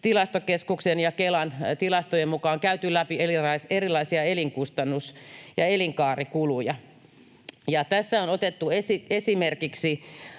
Tilastokeskuksen ja Kelan tilastojen mukaan käyty läpi erilaisia elinkustannus- ja elinkaarikuluja. Tässä on otettu esimerkiksi